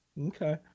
Okay